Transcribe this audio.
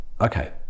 Okay